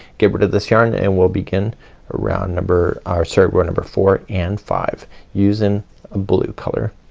get rid of this yarn and we'll begin round number or sorry row number four and five using a blue color.